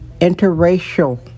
interracial